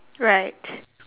right